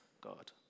God